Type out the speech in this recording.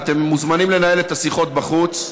אתם מוזמנים לנהל את השיחות בחוץ.